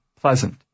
pleasant